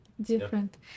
different